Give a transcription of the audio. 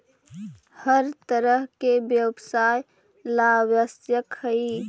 हर तरह के व्यवसाय ला आवश्यक हई